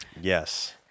Yes